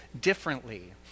differently